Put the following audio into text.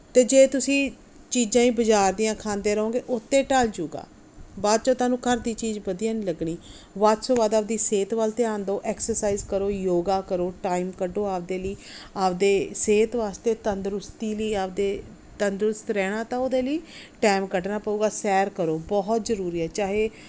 ਅਤੇ ਜੇ ਤੁਸੀਂ ਚੀਜ਼ਾਂ ਹੀ ਬਾਜ਼ਾਰ ਦੀਆਂ ਖਾਂਦੇ ਰਹੋਗੇ ਉੱਥੇ ਢਲ ਜਾਊਗਾ ਬਾਅਦ 'ਚ ਤੁਹਾਨੂੰ ਘਰ ਦੀ ਚੀਜ਼ ਵਧੀਆ ਨਹੀਂ ਲੱਗਣੀ ਵੱਧ ਤੋਂ ਵੱਧ ਆਪਦੀ ਸਿਹਤ ਵੱਲ ਧਿਆਨ ਦਿਓ ਐਕਸਰਸਾਈਜ਼ ਕਰੋ ਯੋਗਾ ਕਰੋ ਟਾਈਮ ਕੱਢੋ ਆਪਦੇ ਲਈ ਆਪਦੀ ਸਿਹਤ ਵਾਸਤੇ ਤੰਦਰੁਸਤੀ ਲਈ ਆਪਦੇ ਤੰਦਰੁਸਤ ਰਹਿਣਾ ਤਾਂ ਉਹਦੇ ਲਈ ਟਾਈਮ ਕੱਢਣਾ ਪਊਗਾ ਸੈਰ ਕਰੋ ਬਹੁਤ ਜ਼ਰੂਰੀ ਹੈ ਚਾਹੇ